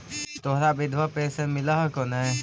तोहरा विधवा पेन्शन मिलहको ने?